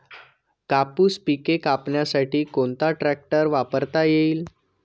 कापूस पिके कापण्यासाठी कोणता ट्रॅक्टर वापरता येईल?